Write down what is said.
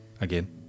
again